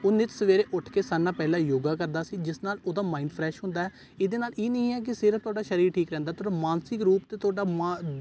ਉਹ ਨਿੱਤ ਸਵੇਰੇ ਉੱਠ ਕੇ ਸਾਰਿਆਂ ਨਾਲੋਂ ਪਹਿਲਾਂ ਯੋਗਾ ਕਰਦਾ ਸੀ ਜਿਸ ਨਾਲ ਉਹਦਾ ਮਾਇੰਡ ਫਰੈਸ਼ ਹੁੰਦਾ ਇਹਦੇ ਨਾਲ ਇਹ ਨਹੀਂ ਹੈ ਕਿ ਸਿਰਫ ਤੁਹਾਡਾ ਸਰੀਰ ਠੀਕ ਰਹਿੰਦਾ ਤੁਹਾਡਾ ਮਾਨਸਿਕ ਰੂਪ 'ਤੇ ਤੁਹਾਡਾ ਮਾ